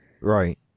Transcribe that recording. right